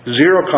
zero